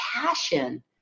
passion